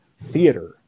theater